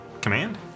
Command